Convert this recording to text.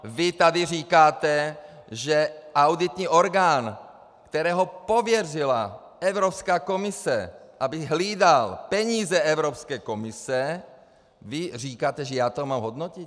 Vy tady říkáte, že auditní orgán, který pověřila Evropská komise, aby hlídal peníze Evropské komise, vy říkáte, že já to mám hodnotit?